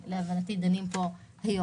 להבנתי, אנחנו דנים פה היום.